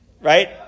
right